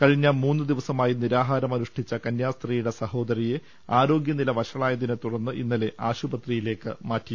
കഴിഞ്ഞ മൂന്നു ദിവസമായി നിരാഹാരം അനുഷ്ഠിച്ച കന്യാസ്ത്രീ യുടെ സഹോദരിയെ ആരോഗ്യനില വഷളായതിനെത്തുടർന്ന് ഇന്നലെ ആശു പത്രിയിലേക്ക് മാറ്റി